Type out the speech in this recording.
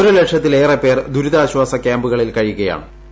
ഒരു ലക്ഷത്തിലേറെ പേർ ദുരിതാശ്വാസ ക്യാമ്പുകളിൽ കഴിയുകയാ ണ്